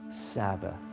Sabbath